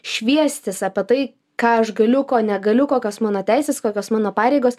šviestis apie tai ką aš galiu ko negaliu kokios mano teisės kokios mano pareigos